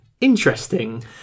interesting